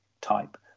type